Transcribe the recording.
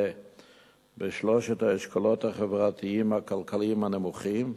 בשלושת האשכולות החברתיים-הכלכליים הנמוכים,